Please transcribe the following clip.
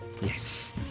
Yes